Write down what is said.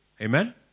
Amen